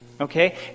okay